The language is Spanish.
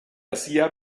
hacía